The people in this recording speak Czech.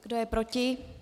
Kdo je proti?